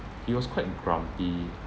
he was quite grumpy